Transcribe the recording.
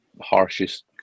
harshest